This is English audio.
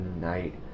night